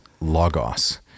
logos